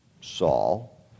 Saul